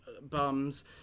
bums